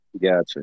Gotcha